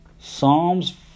Psalms